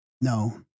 No